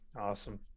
Awesome